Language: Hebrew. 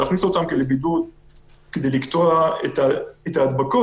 של להכניס אותם לבידוד כדי לקטוע את ההדבקות,